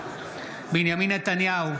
בנימין נתניהו,